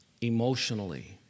emotionally